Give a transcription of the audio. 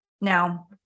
Now